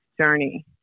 journey